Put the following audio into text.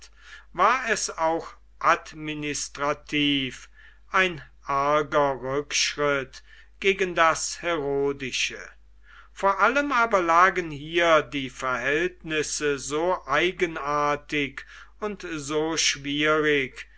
war es auch administrativ ein arger rückschritt gegen das herodische vor allem aber lagen hier die verhältnisse so eigenartig und so schwierig